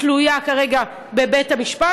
תלויה כרגע בבית-המשפט?